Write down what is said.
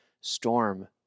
storm